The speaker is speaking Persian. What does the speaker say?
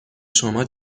شما